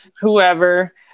whoever